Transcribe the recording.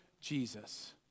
Jesus